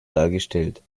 dargestellt